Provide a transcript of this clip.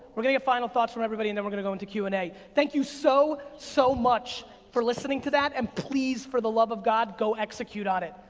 we're gonna get final thoughts from everybody, and then we're gonna go into q and a. thank you so, so much for listening to that, and please for the love of god, go execute on it.